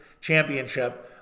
championship